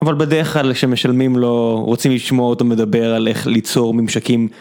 אבל בדרך כלל כשמשלמים לו רוצים לשמוע אותו מדבר על איך ליצור ממשקים